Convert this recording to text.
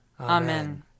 Amen